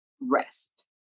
rest